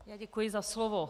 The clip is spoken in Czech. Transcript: Děkuji za slovo.